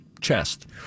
chest